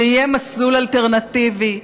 זה יהיה מסלול אלטרנטיבי.